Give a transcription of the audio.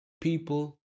people